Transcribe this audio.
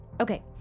Okay